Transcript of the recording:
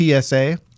PSA